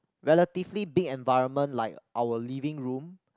relatively big environment like our living room